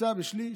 יצא בשליש.